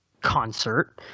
concert